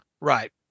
Right